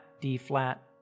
D-flat